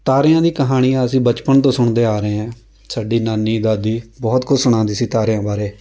ਤਾਰਿਆਂ ਦੀ ਕਹਾਣੀਆਂ ਅਸੀਂ ਬਚਪਨ ਤੋਂ ਸੁਣਦੇ ਆ ਰਹੇ ਹਾਂ ਸਾਡੀ ਨਾਨੀ ਦਾਦੀ ਬਹੁਤ ਕੁਝ ਸੁਣਾਉਂਦੀ ਸੀ ਤਾਰਿਆਂ ਬਾਰੇ